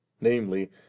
namely